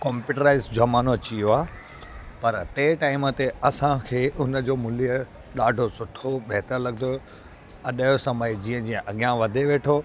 computerised ज़मानो अची वियो आहे पर तंहिं टाइम ते असांखे उन जो मूल्य ॾाढो सुठो बहतरु लॻंदो हो अॼु यो समय जीअं जीअं अॻियां वधे वेठो